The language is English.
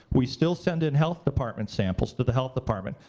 we still send in health department samples to the health department,